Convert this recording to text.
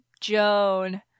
Joan